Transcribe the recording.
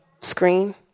screen